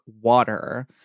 water